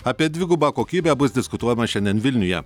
apie dvigubą kokybę bus diskutuojama šiandien vilniuje